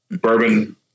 bourbon